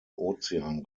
ozean